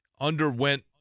underwent